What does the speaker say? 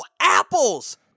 apples